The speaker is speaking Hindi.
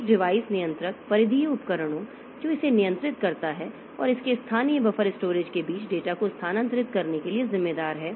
एक डिवाइस नियंत्रक परिधीय उपकरणों जो इसे नियंत्रित करता है और इसके स्थानीय बफर स्टोरेज के बीच डेटा को स्थानांतरित करने के लिए जिम्मेदार है